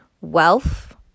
wealth